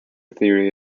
theory